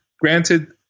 Granted